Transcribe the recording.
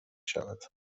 شود